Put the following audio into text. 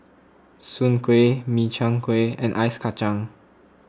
Soon Kway Min Chiang Kueh and Ice Kachang